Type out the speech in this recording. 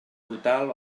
total